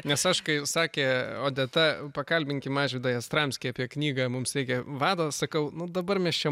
irgi nes aš kaip sakė odeta pakalbinkim mažvydą jastramskį apie knygą mums reikia vado sakau nu dabar mes čia